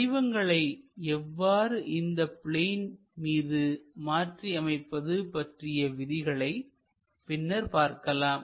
வடிவங்களை எவ்வாறு இந்த பிளேன் மீது மாற்றி அமைப்பது பற்றிய விதிகளை பின்னர் பார்க்கலாம்